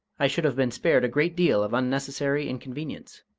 i should have been spared a great deal of unnecessary inconvenience.